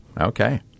Okay